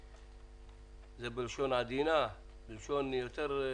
זה בלשון פחות עדינה; בלשון אחרת,